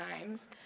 times